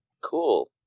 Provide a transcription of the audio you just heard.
Cool